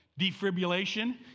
defibrillation